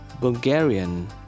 Bulgarian